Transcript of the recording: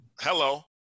Hello